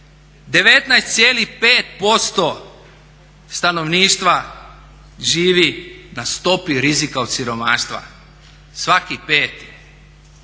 19,5% stanovništva živi na stopi rizika od siromaštva, svaki peti.